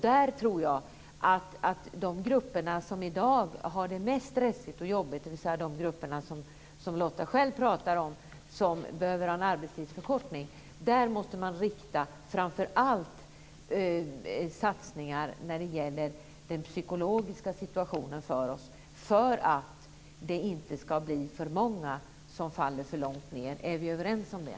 För de grupper som i dag har mest stressigt och jobbigt, dvs. de grupper som Lotta Nilsson-Hedström själv pratar om, som behöver en arbetstidsförkortning, behöver det riktas framför allt satsningar när det gäller den psykologiska situationen, för att inte för många ska falla för långt ned. Är vi överens om det?